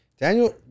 Daniel